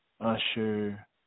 Usher